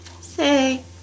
Say